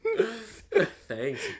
Thanks